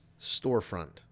storefront